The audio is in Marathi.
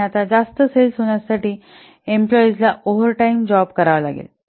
आणि आता जास्त सेल्स होण्यासाठी एम्प्लॉईज ला ओव्हर टाइम जॉब करावा लागेल